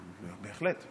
בהחלט.